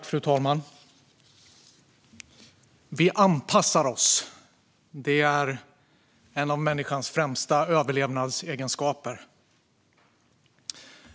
Fru talman! Vi anpassar oss; det är en av människans främsta överlevnadsegenskaper.